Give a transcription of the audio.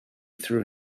threw